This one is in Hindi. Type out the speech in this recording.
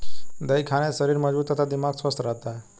दही खाने से शरीर मजबूत तथा दिमाग स्वस्थ रहता है